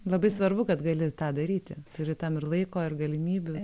labai svarbu kad gali tą daryti turi tam ir laiko ir galimybių